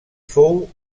fou